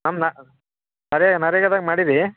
ನಮ್ಮ ನರೇ ನರೇಗದಾಗ ಮಾಡೀರಿ